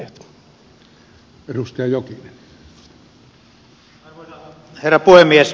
arvoisa herra puhemies